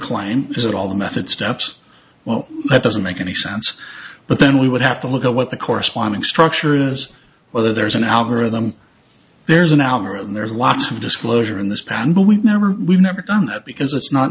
klein is that all the method steps well that doesn't make any sense but then we would have to look at what the corresponding structure is whether there's an algorithm there's an algorithm there's lots of disclosure in this plan but we've never we've never done that because it's not